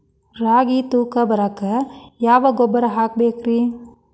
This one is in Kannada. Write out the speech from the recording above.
ರಾಗಿ ತೂಕ ಬರಕ್ಕ ಯಾವ ಗೊಬ್ಬರ ಹಾಕಬೇಕ್ರಿ?